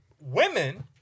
women